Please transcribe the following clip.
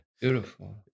beautiful